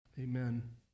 Amen